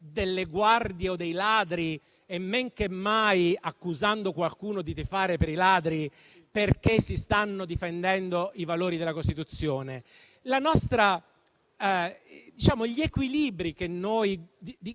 delle guardie o dei ladri, men che mai accusando qualcuno di tifare per i ladri perché si stanno difendendo i valori della Costituzione. Gli equilibri di cui